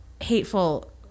hateful